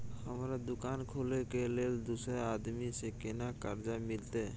हमरा दुकान खोले के लेल दूसरा आदमी से केना कर्जा मिलते?